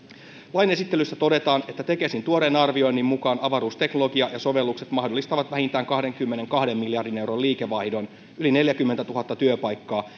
lain esittelyssä todetaan että tekesin tuoreen arvioinnin mukaan avaruusteknologia ja sovellukset mahdollistavat vähintään kahdenkymmenenkahden miljardin euron liikevaihdon yli neljäkymmentätuhatta työpaikkaa